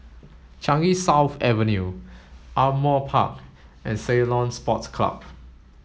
Changi South Avenue Ardmore Park and Ceylon Sports Club